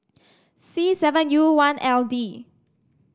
C seven U one L D